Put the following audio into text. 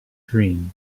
dream